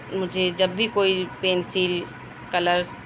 مجھے جب بھی کوئی پینسل کلرز